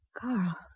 Carl